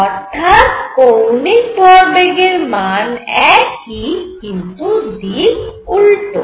অর্থাৎ কৌণিক ভরবেগের মান একই কিন্তু দিক উল্টো